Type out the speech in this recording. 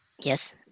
Yes